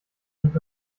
nicht